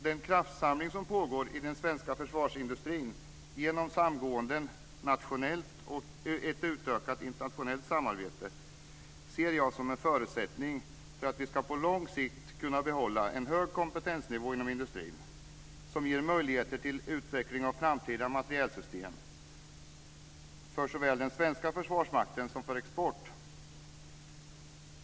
Den kraftsamling som pågår i den svenska försvarsindustrin genom samgåenden nationellt och genom ett utökat internationellt samarbete ser jag som en förutsättning för att vi på lång sikt ska kunna behålla en hög kompetensnivå inom industrin som ger möjligheter till utveckling av framtida materielsystem för såväl den svenska försvarsmakten som för export. Fru talman!